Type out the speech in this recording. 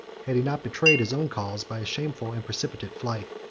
had he not betrayed his own cause by a shameful and precipitate flight.